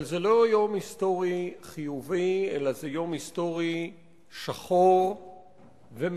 אבל לא יום היסטורי חיובי, אלא יום שחור ומסוכן.